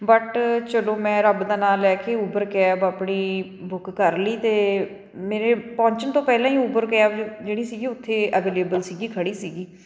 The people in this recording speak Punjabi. ਬਟ ਚੱਲੋ ਮੈਂ ਰੱਬ ਦਾ ਨਾਂ ਲੈ ਕੇ ਉਬਰ ਕੈਬ ਆਪਣੀ ਬੁੱਕ ਕਰ ਲਈ ਅਤੇ ਮੇਰੇ ਪਹੁੰਚਣ ਤੋਂ ਪਹਿਲਾਂ ਹੀ ਉਬਰ ਕੈਬ ਜਿਹੜੀ ਸੀਗੀ ਉੱਥੇ ਅਵੇਲੇਬਲ ਸੀਗੀ ਖੜ੍ਹੀ ਸੀਗੀ